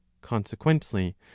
Consequently